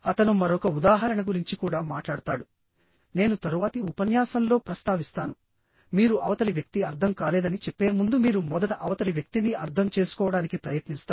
అతను మరొక ఉదాహరణ గురించి కూడా మాట్లాడతాడు నేను తరువాతి ఉపన్యాసంలో ప్రస్తావిస్తాను మీరు అవతలి వ్యక్తి అర్థం కాలేదని చెప్పే ముందు మీరు మొదట అవతలి వ్యక్తిని అర్థం చేసుకోవడానికి ప్రయత్నిస్తారు